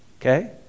Okay